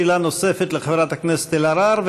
שאלה נוספת לחברת הכנסת אלהרר,